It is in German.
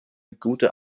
gute